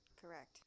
Correct